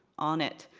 on it,